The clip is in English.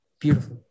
Beautiful